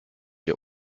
ihr